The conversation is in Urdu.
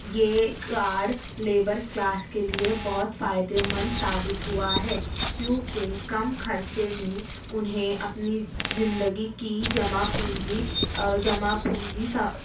یہ کار لیبر کلاس کے لئے بہت فائدے مند ثابت ہوا ہے کیوں کہ کم خرچے میں انہیں اپنی زندگی کی جمع پونجی جمع پونجی